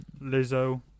Lizzo